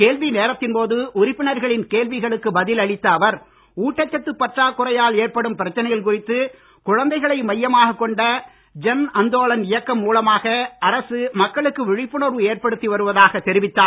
கேள்வி நேரத்தின் போது உறுப்பினர்களின் கேள்விகளுக்கு பதில் அளித்த அவர் ஊட்டச் சத்து பற்றாக்குறையால் ஏற்படும் பிரச்சனைகள் குறித்து குழந்தைகளை மையமாகக் கொண்ட ஜன் அந்தோலன் இயக்கம் மூலமாக அரசு மக்களுக்கு விழிப்புணர்வு ஏற்படுத்தி வருவதாக தெரிவித்தார்